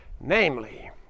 namely